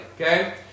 Okay